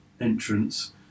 entrance